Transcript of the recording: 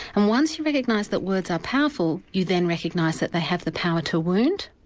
and once you recognise that words are powerful, you then recognise that they have the power to wound,